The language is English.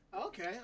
Okay